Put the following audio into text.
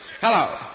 Hello